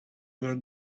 were